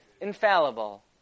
infallible